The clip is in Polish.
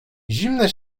zimne